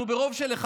אנחנו ברוב של אחד.